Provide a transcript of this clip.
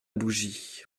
bougie